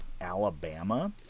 Alabama